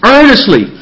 Earnestly